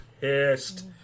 pissed